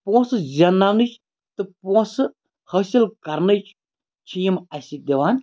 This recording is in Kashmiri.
پونٛسہٕ زینناونٕچ تہٕ پونٛسہٕ حٲصِل کَرنٕچ چھِ یِم اَسہِ دِوان